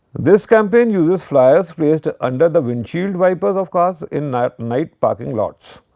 this campaign uses flyers placed ah under the windshield wipers of cars in night night parking lots.